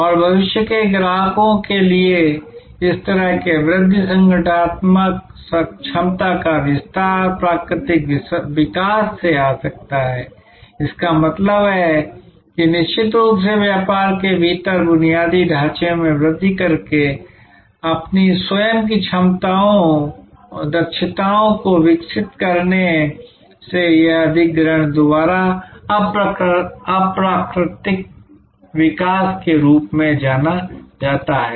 और भविष्य के ग्राहकों के लिए इस तरह की वृद्धि संगठनात्मक क्षमता का विस्तार प्राकृतिक विकास से आ सकता है इसका मतलब है कि निश्चित रूप से व्यापार के भीतर बुनियादी ढांचे में वृद्धि करके अपनी स्वयं की दक्षताओं को विकसित करने से यह अधिग्रहण द्वारा अप्राकृतिक विकास के रूप में जाना जाता है